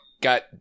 got